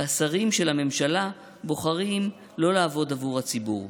והשרים של הממשלה בוחרים לא לעבוד עבור הציבור.